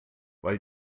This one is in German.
weil